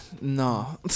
no